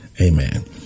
Amen